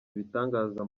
ibitangaza